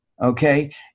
Okay